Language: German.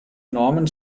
normen